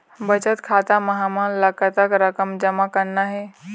बचत खाता म हमन ला कतक रकम जमा करना हे?